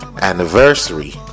anniversary